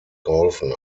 geholfen